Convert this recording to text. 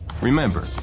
Remember